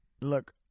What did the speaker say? Look